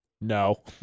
no